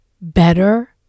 better